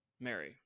Mary